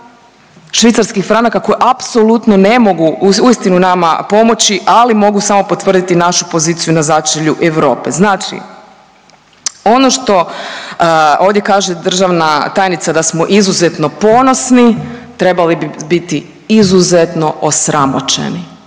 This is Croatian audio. švicarskih franaka koje apsolutno ne mogu uistinu nama pomoći, ali mogu samo potvrditi našu poziciju na začelju Europe. Znači, ono što ovdje kaže državna tajnica da smo izuzetno ponosni trebali bi biti izuzetno osramoćeni,